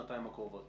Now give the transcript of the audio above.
שנתיים הקרובות